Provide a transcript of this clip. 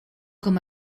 com